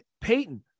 Peyton